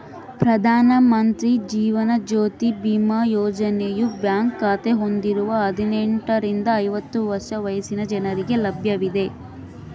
ಪ್ರಧಾನ ಮಂತ್ರಿ ಜೀವನ ಜ್ಯೋತಿ ಬಿಮಾ ಯೋಜನೆಯು ಬ್ಯಾಂಕ್ ಖಾತೆ ಹೊಂದಿರುವ ಹದಿನೆಂಟುರಿಂದ ಐವತ್ತು ವರ್ಷ ವಯಸ್ಸಿನ ಜನರಿಗೆ ಲಭ್ಯವಿದೆ